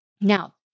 Now